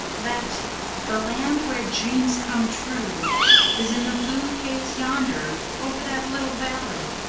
that the land where dreams come true is in the blue haze yonder, over that little valley.